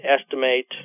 estimate